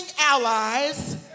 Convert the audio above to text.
allies